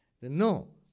No